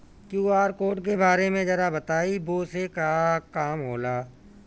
QR code के बारे में जरा बताई वो से का काम होला?